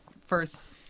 first